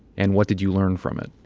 and what did you learn from it?